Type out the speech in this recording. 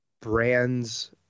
brands